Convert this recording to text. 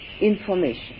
information